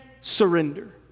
surrender